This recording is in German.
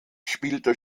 spielte